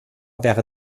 wäre